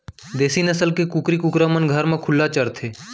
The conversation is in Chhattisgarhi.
देसी नसल के कुकरी कुकरा मन घर म खुल्ला चरत रथें